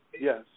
Yes